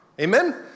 Amen